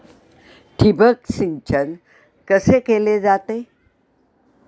ठिबक सिंचन कसे केले जाते?